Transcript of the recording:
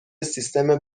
سیستم